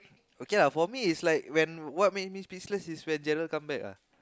okay lah for me it's like when what mean this speechless is Gerald come back lah